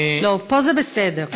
לא, פה זה בסדר.